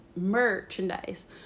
merchandise